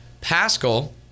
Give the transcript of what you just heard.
Pascal